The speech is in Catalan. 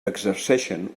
exerceixen